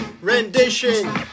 rendition